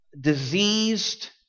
diseased